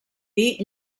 dir